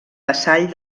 vassall